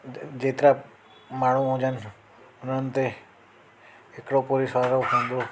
जेतिरा माण्हू हुजनि हुननि ते हिकिड़ो पुलिस वारो रहंदो